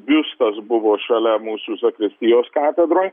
biustas buvo šalia mūsų zakristijos katedroj